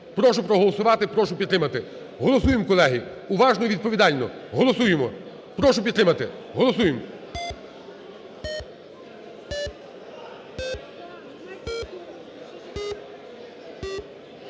Прошу проголосувати, прошу підтримати. Голосуємо, колеги! Уважно і відповідально! Голосуємо! Прошу підтримати. Голосуємо.